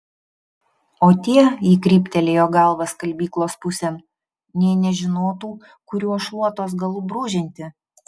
o tie ji kryptelėjo galva skalbyklos pusėn nė nežinotų kuriuo šluotos galu brūžinti